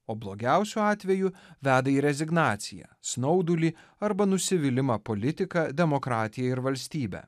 o blogiausiu atveju veda į rezignaciją snaudulį arba nusivylimą politika demokratija ir valstybe